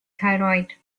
thyroid